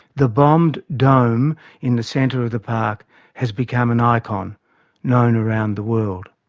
the bombed dome in the centre of the park has become an icon known around the world.